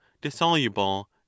dissoluble